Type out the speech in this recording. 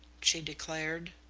she declared.